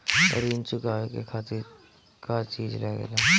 ऋण चुकावे के खातिर का का चिज लागेला?